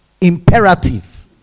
imperative